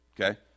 okay